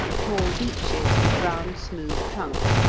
tall beeches, with round smooth trunks,